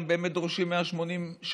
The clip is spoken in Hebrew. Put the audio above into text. הם באמת דורשים 180 שעות.